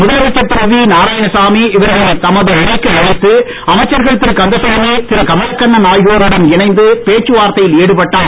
முதலமைச்சர் திரு வி நாராயணசாமி இவர்களை தமது அறைக்கு அழைத்து அமைச்சர்கள் திரு கந்தசாமி திரு கமலக்கண்ணன் ஆகியோருடன் இணைந்து பேச்சு வார்த்தையில் ஈடுபட்டார்